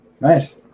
Nice